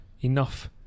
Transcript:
enough